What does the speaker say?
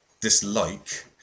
dislike